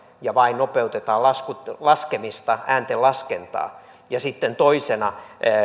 ja vain nopeutetaan laskemista laskemista ääntenlaskentaa ja sitten toisena